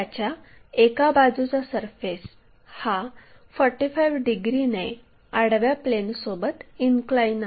त्याच्या एका बाजूचा सरफेस हा 45 डिग्रीने आडव्या प्लेनसोबत इनक्लाइन आहे